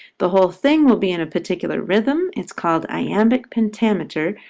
the whole thing will be in a particular rhythm. it's called iambic pentameter,